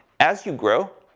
as you grow.